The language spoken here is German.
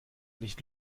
nicht